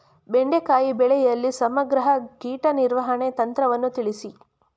ಬೆಂಡೆಕಾಯಿ ಬೆಳೆಯಲ್ಲಿ ಸಮಗ್ರ ಕೀಟ ನಿರ್ವಹಣೆ ತಂತ್ರವನ್ನು ತಿಳಿಸಿ?